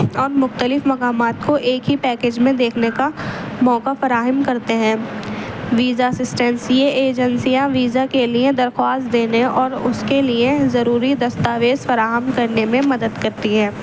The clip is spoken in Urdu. اور مختلف مقامات کو ایک ہی پیکج میں دیکھنے کا موقع فراہم کرتے ہیں ویزا اسسٹنس یہ ایجنسیاں ویزا کے لیے درخواست دینے اور اس کے لیے ضروری دستاویز فراہم کرنے میں مدد کرتی ہیں